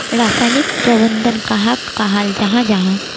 रासायनिक प्रबंधन कहाक कहाल जाहा जाहा?